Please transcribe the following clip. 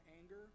anger